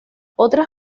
otras